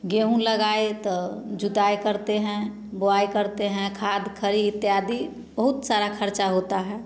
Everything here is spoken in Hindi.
गेहूँ लगाए तो जुताई करते हैं बोआई करते हैं खाद खरी इत्यादि बहुत सारा खर्चा होता है